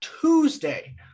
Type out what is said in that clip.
Tuesday